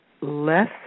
less